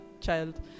child